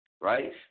right